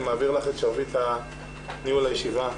אני מעביר לך את שרביט ניהול הוועדה.